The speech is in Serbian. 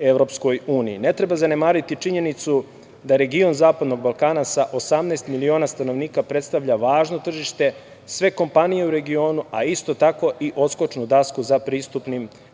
EU.Ne treba zanemariti činjenicu da region zapadnog Balkana sa 18 miliona stanovnika predstavlja važno tržište za sve kompanije u regionu, a isto tako i odskočnu dasku za